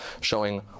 showing